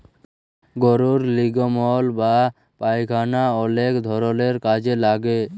গরুর লির্গমল বা পায়খালা অলেক ধরলের কাজে লাগে